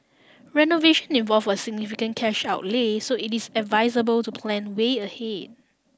renovation involve a significant cash outlay so it is advisable to plan way ahead